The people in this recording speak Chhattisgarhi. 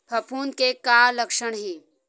फफूंद के का लक्षण हे?